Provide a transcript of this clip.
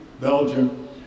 Belgium